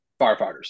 firefighters